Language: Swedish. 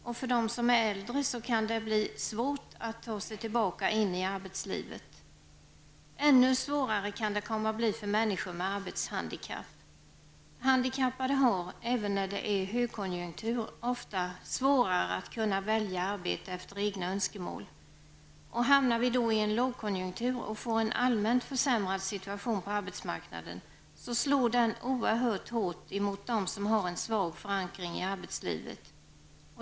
Just för de senare kan det bli svårt att ta sig tillbaka till arbetslivet. Ännu svårare kan det komma att bli för människor med arbetshandikapp. Handikappade har, även under högkonjunktur, ofta svårare att kunna välja arbete efter egna önskemål. Hamnar vi i en lågkonjunktur med en allmänt försämrad situation på arbetsmarknaden, så slår den oerhört hårt mot dem som redan har en svag förankring i arbetslivet.